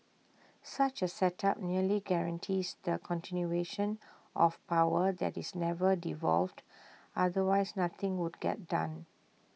such A setup nearly guarantees the continuation of power that is never devolved otherwise nothing would get done